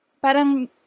parang